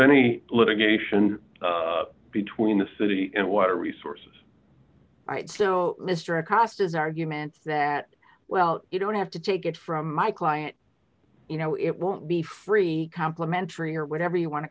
any litigation between the city and water resources so mr acosta's arguments that well you don't have to take it from my client you know it won't be free complementary or whatever you wan